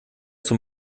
zum